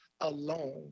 alone